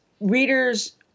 readers